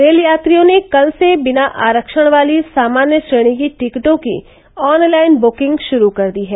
rail यात्रियों ने कल से बिना आरक्षण वाली सामान्य श्रेणी की टिकटों की ऑन लाइन बुकिंग शुरू कर दी है